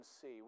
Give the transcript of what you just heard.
see